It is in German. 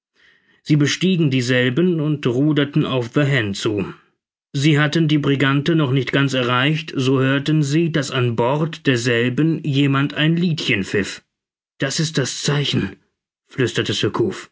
sie bestiegen dieselben und ruderten auf the hen zu sie hatten die brigante noch nicht ganz erreicht so hörten sie daß an bord derselben jemand ein liedchen pfiff das ist das zeichen flüsterte